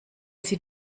sie